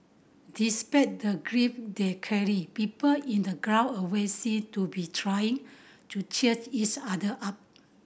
despite the grief they carried people in the ground always seemed to be trying to cheers each other up